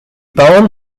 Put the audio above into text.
bauern